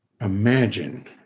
imagine